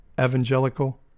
evangelical